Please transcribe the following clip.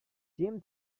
jim